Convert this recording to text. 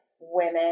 women